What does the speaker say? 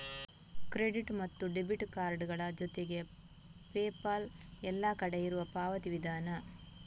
credit ಮತ್ತು debit ಕಾರ್ಡುಗಳ ಜೊತೆಗೆ ಪೇಪಾಲ್ ಎಲ್ಲ ಕಡೆ ಇರುವ ಪಾವತಿ ವಿಧಾನ